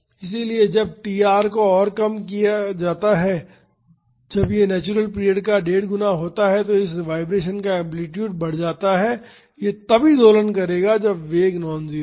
इसलिए जब tr को और कम किया जाता है जब यह नेचुरल पीरियड का 15 गुणा है तो इस वाईब्रेशन का एम्पलीटूड बढ़ जाता है यह तभी दोलन करेगा जब वेग नॉन जीरो हो